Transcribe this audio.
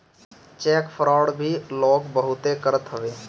check fraud भी लोग बहुते करत हवे